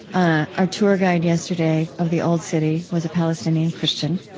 ah our tour guide yesterday of the old city was a palestinian christian.